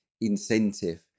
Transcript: incentive